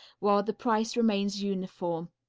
while the price remains uniform.